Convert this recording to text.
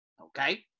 Okay